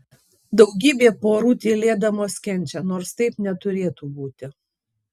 daugybė porų tylėdamos kenčia nors taip neturėtų būti